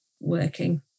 working